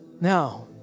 now